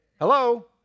Hello